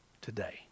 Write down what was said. today